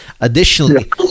Additionally